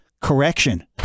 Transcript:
correction